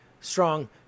strong